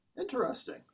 Interesting